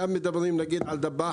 כאן מדברים נגיד על דבאח,